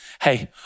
Hey